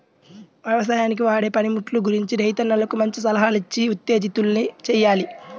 యవసాయానికి వాడే పనిముట్లు గురించి రైతన్నలను మంచి సలహాలిచ్చి ఉత్తేజితుల్ని చెయ్యాలి